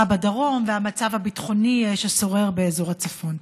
בדרום והמצב הביטחוני ששורר באזור הצפון.